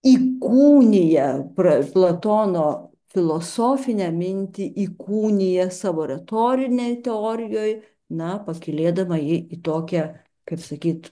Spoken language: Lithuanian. įkūnija pra platono filosofinę mintį įkūnija savo retorinėj teorijoj na pakylėdama jį į tokią kaip sakyt